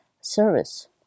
service